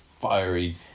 fiery